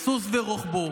סוס ורוכבו.